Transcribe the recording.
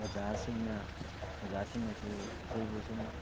ꯑꯣꯖꯥꯁꯤꯡꯅ ꯑꯣꯖꯥꯁꯤꯡꯅꯁꯨ ꯑꯩꯈꯣꯏꯕꯨ ꯁꯨꯝ